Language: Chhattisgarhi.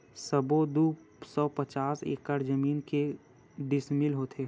सबो दू सौ पचास हेक्टेयर जमीन के डिसमिल होथे?